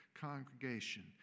congregation